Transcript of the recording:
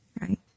right